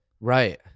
right